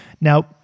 Now